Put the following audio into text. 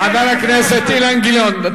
חבר הכנסת אילן גילאון,